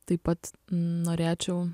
taip pat norėčiau